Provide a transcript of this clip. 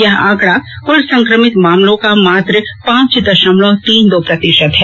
यह आंकडा कुल संक्रमित मामलों का मात्र पांच दशमलव तीन दो प्रतिशत है